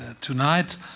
tonight